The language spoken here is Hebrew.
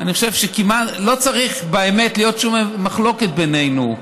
אני חושב שלא צריכה באמת להיות שום מחלוקת בינינו,